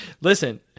Listen